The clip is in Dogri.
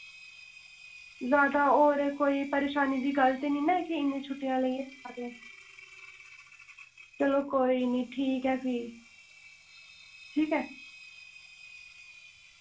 जादा होर कोई परेशानी दी गल्ल ते निं ना कि इन्नियां छुट्टियां लेइयै जा दे न चलो कोई निं ठीक ऐ फ्ही ठीक ऐ